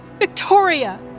Victoria